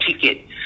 ticket